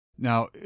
Now